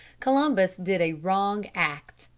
columbus did a wrong act,